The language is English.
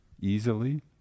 easily